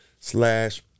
slash